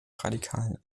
radikalen